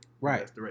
right